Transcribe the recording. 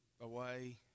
away